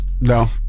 no